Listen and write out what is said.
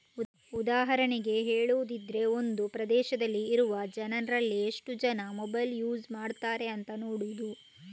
ಉದಾಹರಣೆಗೆ ಹೇಳುದಿದ್ರೆ ಒಂದು ಪ್ರದೇಶದಲ್ಲಿ ಇರುವ ಜನ್ರಲ್ಲಿ ಎಷ್ಟು ಜನ ಮೊಬೈಲ್ ಯೂಸ್ ಮಾಡ್ತಾರೆ ಅಂತ ನೋಡುದು